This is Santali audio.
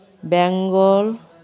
ᱵᱮᱝᱜᱚᱞ